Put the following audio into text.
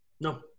No